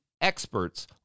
experts